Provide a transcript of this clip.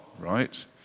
right